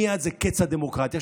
מייד זה קץ הדמוקרטיה.